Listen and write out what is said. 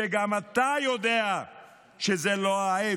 שגם אתה יודע שזו לא העת,